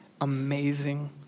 amazing